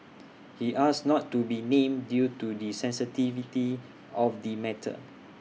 he asked not to be named due to the sensitivity of the matter